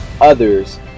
others